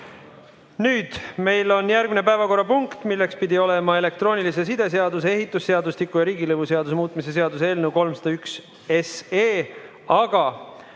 Nüüd, järgmine päevakorrapunkt pidi olema elektroonilise side seaduse, ehitusseadustiku ja riigilõivuseaduse muutmise seaduse eelnõu 301,